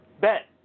bet